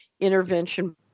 intervention